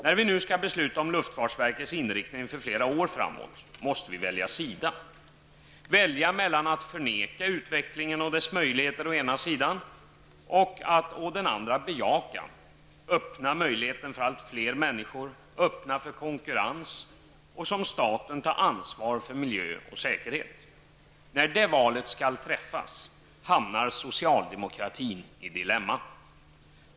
När vi nu skall besluta om luftfartsverkets inriktning för flera år framåt, måste vi välja sida — välja mellan att å ena sidan förneka utvecklingen och dess möjligheter, och att å andra sidan bejaka, öppna möjligheten för allt fler människor, öppna för konkurrens och ta ansvar för miljö och säkerhet. När det valet skall träffas, hamnar socialdemokratin i dilemma.